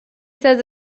says